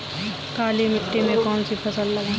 काली मिट्टी में कौन सी फसल लगाएँ?